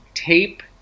tape